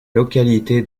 localité